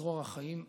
בצרור החיים לעולמים.